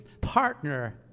partner